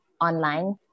online